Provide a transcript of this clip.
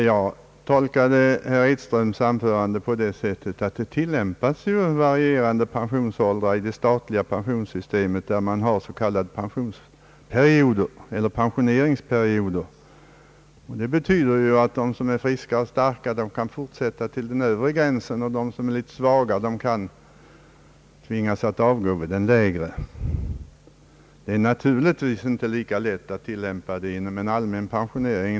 Jag tolkade herr Edströms anförande på det sättet att han ville åberopa de varierande pensionsåldrar som tillämpas i det statliga pensioneringssystemet, genom de s.k. pensioneringsperioderna, vilka ger möjlighet för dem som är friska och starka att fortsätta till periodens övre gräns, medan de som är svagare kan tvingas att avgå vid den lägre. Det är naturligtvis inte lika lätt att tillämpa sådana regler inom en allmän pensionering.